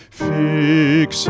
fix